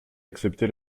accepté